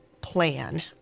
plan